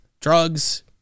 Drugs